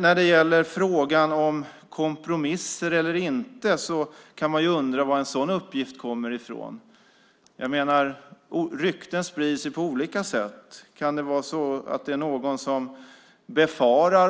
Vad gäller frågan om kompromisser eller inte kan man undra var en sådan uppgift kommer ifrån. Rykten sprids på olika sätt. Kan det vara så att någon befarar